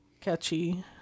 catchy